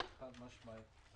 חד-משמעית.